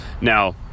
now